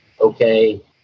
okay